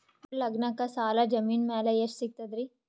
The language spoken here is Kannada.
ಮಗಳ ಲಗ್ನಕ್ಕ ಸಾಲ ಜಮೀನ ಮ್ಯಾಲ ಎಷ್ಟ ಸಿಗ್ತದ್ರಿ?